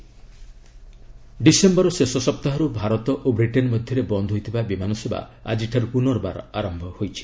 flight resume December ଶେଷ ସପ୍ତାହରୁ ଭାରତ ଓ ବ୍ରିଟେନ୍ ମଧ୍ୟରେ ବନ୍ଦ ହୋଇଥିବା ବିମାନ ସେବା ଆଜିଠାରୁ ପୁନର୍ବାର ଆରମ୍ଭ ହୋଇଛି